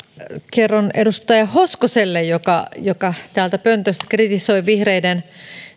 kerron edustaja hoskoselle joka joka täältä pöntöstä kritisoi vihreiden